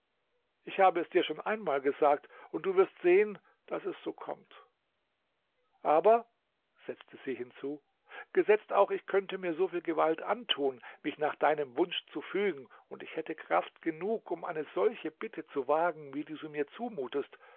ich habe es dir schon einmal gesagt und du wirst sehen daß es so kommt aber setzte sie hinzu gesetzt auch ich könnte mir soviel gewalt antun mich nach deinem wunsch zu fügen und ich hätte kraft genug um eine solche bitte zu wagen wie du mir zumutest